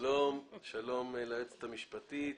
שלום ליועצות המשפטיות,